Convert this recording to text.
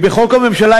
הממשלה,